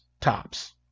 tops